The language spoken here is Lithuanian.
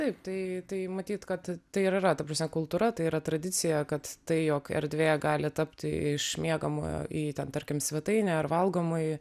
taip tai tai matyt kad tai ir yra ta prasme kultūra tai yra tradicija kad tai jog erdvė gali tapti iš miegamojo į ten tarkim svetainę ar valgomąjį